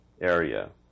area